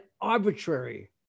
arbitrary